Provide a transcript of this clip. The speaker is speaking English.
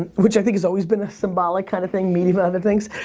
which i think has always been a symbolic kind of thing. media for other things.